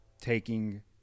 taking